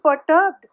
perturbed